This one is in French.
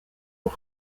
aux